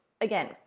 Again